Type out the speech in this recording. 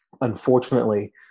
unfortunately